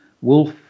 wolf